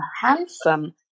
handsome